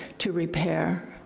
to repair,